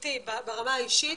אמיתי ברמה האישית.